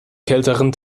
kälteren